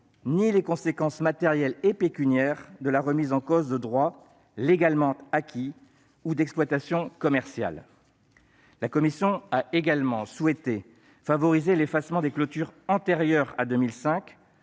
ni les conséquences matérielles et pécuniaires de la remise en cause de droits légalement acquis ou d'exploitations commerciales. La commission a également souhaité favoriser l'effacement des clôtures antérieures à 2005,